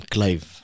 Clive